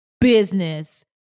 business